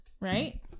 right